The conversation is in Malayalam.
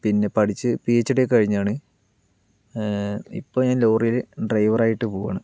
പിന്നെ പഠിച്ച പിഎച്ഡി ഒക്കെ കഴിഞ്ഞതാണ് ഇപ്പോ ഞാന് ലോറിയിൽ ഡ്രൈവർ ആയിട്ട് പോവാണ്